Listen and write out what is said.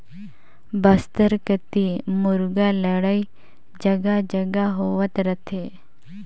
बस्तर कति मुरगा लड़ई जघा जघा होत रथे